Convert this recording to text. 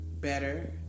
better